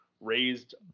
raised